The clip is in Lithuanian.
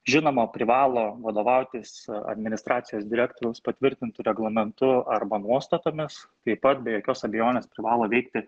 žinoma privalo vadovautis administracijos direktoriaus patvirtintu reglamentu arba nuostatomis taip pat be jokios abejonės privalo veikti